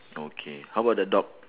okay how about the dog